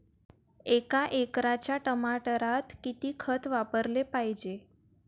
एका एकराच्या टमाटरात किती खत वापराले पायजे?